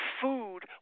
food